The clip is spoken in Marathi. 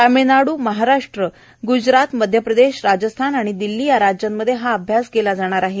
तामिळनाड़ महाराष्ट्र गुजरात मध्य प्रदेश राजस्थान आणि दिल्ली या राज्यांमध्ये हा अभ्यास केला जाणार आहे